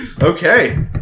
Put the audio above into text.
Okay